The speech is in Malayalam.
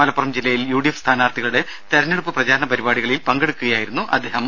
മലപ്പുറം ജില്ലയിൽ യുഡിഎഫ് സ്ഥാനാർത്ഥികളുടെ തെരഞ്ഞെടുപ്പ് പ്രചാരണ പരിപാടികളിൽ പങ്കെടുക്കുകയായിരുന്നു അദ്ദേഹം